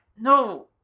no